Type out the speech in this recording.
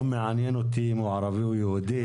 לא מעניין אותי אם הוא ערבי או יהודי.